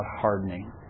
hardening